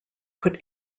put